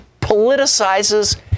politicizes